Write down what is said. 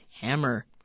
Hammer